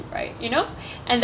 right you know and that